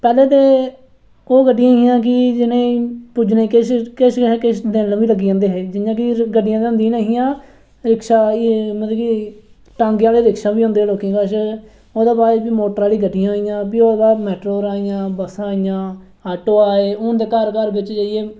पैह्ले ते ओह् गड्डियां हियां की जि'नेंई पुज्जने ई किश ते किश दिन बी लग्गी जंदे हे जि'यां की गड्डियां ते होंदियां नेईं हियां रिक्शा मतलब कि टांगे आह्ले रिक्शा होंदे ओह्दे बाद भी मोटर आह्ली गड्डियां आइयां भी ओह्दे बाद मैटाडोरां आइयां बसां आइयां आटो आए हुन ते घर घर बिच जेइयै